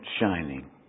Shining